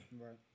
Right